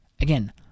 Again